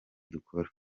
dukora